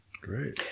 Great